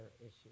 issues